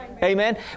Amen